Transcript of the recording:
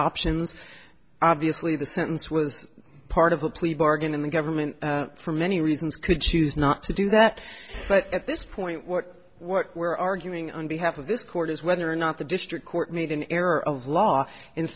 options obviously the sentence was part of a plea bargain in the government for many reasons could choose not to do that but at this point what what we're arguing on behalf of this court is whether or not the district court made an error of law